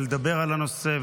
ולדבר על הנושא,